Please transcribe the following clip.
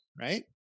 right